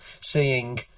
seeing